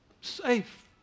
safe